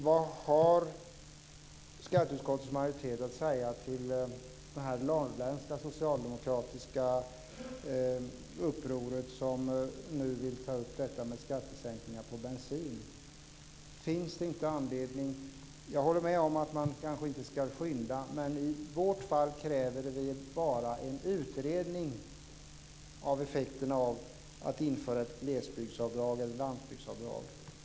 Vad har skatteutskottets majoritet att säga till det norrländska socialdemokratiska uppror som handlar om skattesänkningar på bensin? Jag håller med om att man kanske inte ska skynda, men i vårt fall kräver vi bara en utredning av effekterna av att införa ett glesbygdsavdrag.